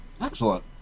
Excellent